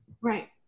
right